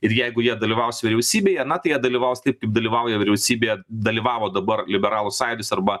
ir jeigu jie dalyvaus vyriausybėje na tai jie dalyvaus taip dalyvauja vyriausybėje dalyvavo dabar liberalų sąjūdis arba